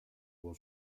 buon